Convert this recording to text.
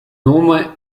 nome